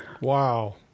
Wow